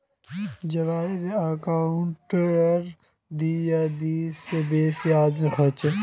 joint account दी या दी से बेसी आदमीर हछेक